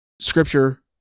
scripture